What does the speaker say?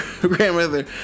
grandmother